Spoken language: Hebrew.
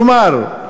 כלומר,